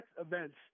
events